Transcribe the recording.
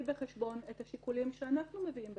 בחשבון את השיקולים שאנחנו מביאים בחשבון.